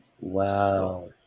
Wow